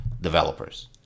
developers